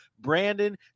Brandon